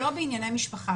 לא כך בענייני משפחה.